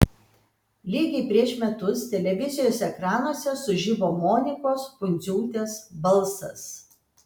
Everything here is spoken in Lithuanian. lygiai prieš metus televizijos ekranuose sužibo monikos pundziūtės balsas